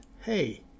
hey